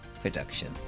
production